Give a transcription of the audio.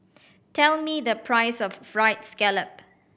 tell me the price of Fried Scallop